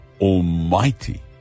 Almighty